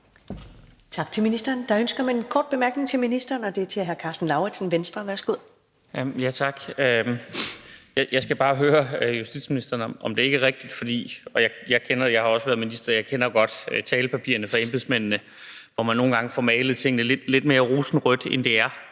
Tak til ministeren. Der er ønske om en kort bemærkning til ministeren, og det er fra hr. Karsten Lauritzen, Venstre. Værsgo. Kl. 14:41 Karsten Lauritzen (V): Tak. Jeg skal bare høre justitsministeren om noget. For jeg kender det godt; jeg har jo også været minister, og jeg kender godt talepapirerne fra embedsmændene, hvor man nogle gange får malet tingene lidt mere rosenrødt, end de er,